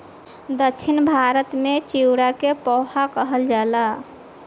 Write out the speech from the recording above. दक्षिण भारत में चिवड़ा के पोहा कहल जाला